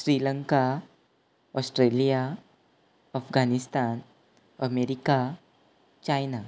Sri Lanka Australia Afghanistan America China